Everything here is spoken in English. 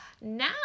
now